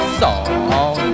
song